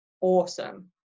awesome